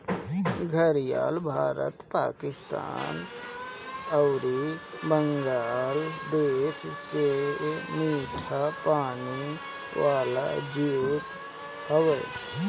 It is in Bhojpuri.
घड़ियाल भारत, पाकिस्तान अउरी बांग्लादेश के मीठा पानी वाला जीव हवे